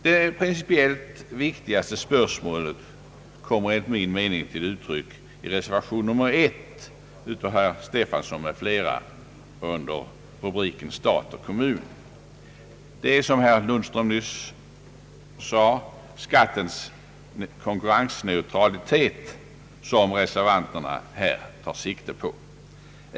Det principiellt viktigaste spörsmålet kommer enligt min mening till uttryck i reservation 1 av herr Stefanson m.fl. under rubriken Stat och kommun. Det är, som herr Lundström nyss sade, skattens konkurrensneutralitet som reservanterna här tar sikte på.